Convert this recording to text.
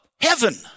heaven